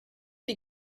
die